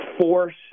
force